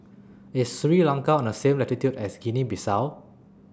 IS Sri Lanka on The same latitude as Guinea Bissau